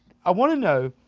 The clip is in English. i want to know,